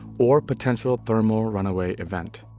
or potential thermal runaway events.